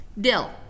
dill